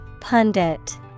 Pundit